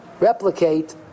replicate